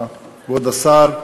כבוד השר,